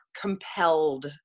compelled